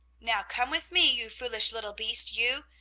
now come with me, you foolish little beast, you,